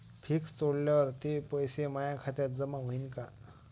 Fix तोडल्यावर ते पैसे माया खात्यात जमा होईनं का?